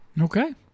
Okay